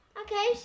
Okay